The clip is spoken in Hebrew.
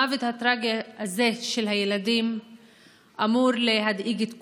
המוות הטרגי הזה של הילדים אמור להדאיג את כולנו.